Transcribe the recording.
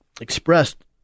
expressed